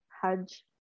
Hajj